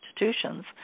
institutions